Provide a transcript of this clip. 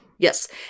Yes